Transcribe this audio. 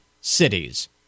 cities